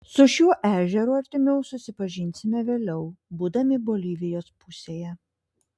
su šiuo ežeru artimiau susipažinsime vėliau būdami bolivijos pusėje